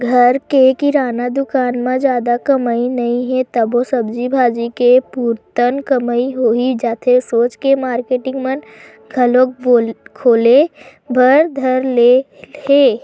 घर के किराना दुकान म जादा कमई नइ हे तभो सब्जी भाजी के पुरतन कमई होही जाथे सोच के मारकेटिंग मन घलोक खोले बर धर ले हे